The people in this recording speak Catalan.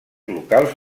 locals